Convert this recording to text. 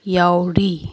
ꯌꯥꯎꯔꯤ